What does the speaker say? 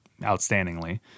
outstandingly